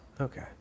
Okay